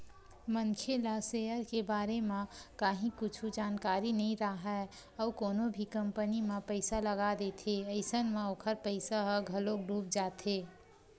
मनखे ला सेयर के बारे म काहि कुछु जानकारी नइ राहय अउ कोनो भी कंपनी म पइसा लगा देथे अइसन म ओखर पइसा ह घलोक डूब जाथे